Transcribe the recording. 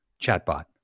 chatbot